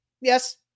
Yes